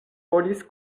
volis